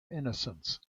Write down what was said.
innocence